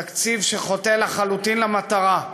תקציב שחוטא לחלוטין למטרה,